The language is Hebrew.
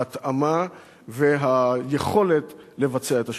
ההתאמה והיכולת לבצע את השירות.